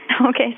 Okay